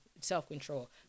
self-control